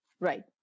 Right